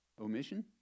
Omission